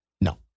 No